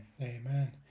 Amen